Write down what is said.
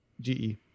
GE